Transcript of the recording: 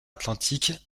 atlantique